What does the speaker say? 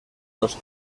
los